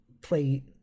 play